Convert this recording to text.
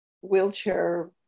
wheelchair